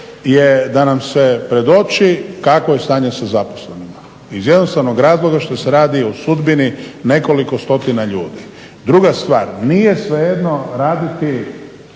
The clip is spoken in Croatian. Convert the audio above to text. je da nam se predoči kako je stanje sa zaposlenima iz jednostavnog razloga što se radi o sudbini nekoliko stotina ljudi. Druga stvar, nije svejedno raditi